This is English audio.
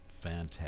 Fantastic